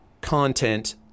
content